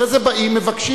אחרי זה באים ומבקשים.